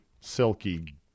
silky